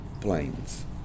planes